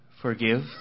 forgive